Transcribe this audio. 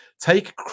Take